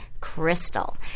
crystal